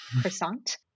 croissant